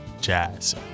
jazz